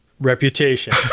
Reputation